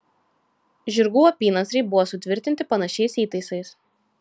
žirgų apynasriai buvo sutvirtinti panašiais įtaisais